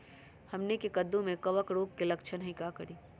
हमनी के कददु में कवक रोग के लक्षण हई का करी?